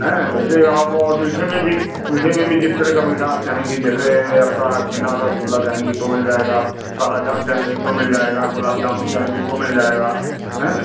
हैं जैसे आप और मीठे में भी मीठे में भी जिस तरह का मीठा आप चाहेंगी जैसे आपका छेना वाला रसगुल्ला चाहेंगी तो मिल जाएगा काला जामुन चाहेंगी तो मिल जाएगा गुलाब जामुन चाहेंगी तो मिल जाएगा हें